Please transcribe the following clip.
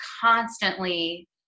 constantly